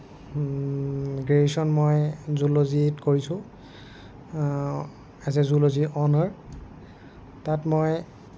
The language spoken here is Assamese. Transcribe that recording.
গ্ৰেজুৱেচন মই জুলজিত কৰিছোঁ এজ এ জুলজি অনাৰ তাত মই